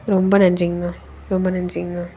ரொம்ப நன்றிங்கண்ணா ரொம்ப நன்றிங்கண்ணா